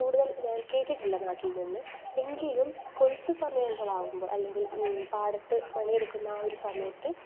കൂടുതൽ ഞാൻ കേട്ടിട്ടില്ല നാട്ടിൽ നിന്ന് എങ്കിലും കൊയ്ത്ത് സമയങ്ങൾ ആവുമ്പോൾ അല്ലെങ്കിൽ പാടത്ത് പണിയെടുക്കുന്ന ആ ഒരു സമയത്ത്